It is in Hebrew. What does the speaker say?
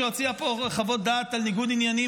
שהוציאה פה חוות דעת על ניגוד עניינים